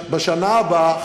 בשנה הבאה,